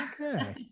Okay